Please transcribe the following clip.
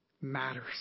matters